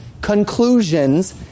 conclusions